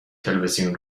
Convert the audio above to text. تلویزیون